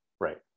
right